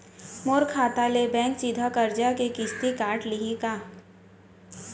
मोर खाता ले बैंक सीधा करजा के किस्ती काट लिही का?